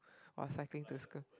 while cycling to school